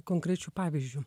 konkrečiu pavyzdžiu